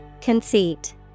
Conceit